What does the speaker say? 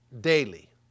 daily